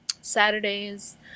Saturdays